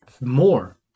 more